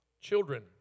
children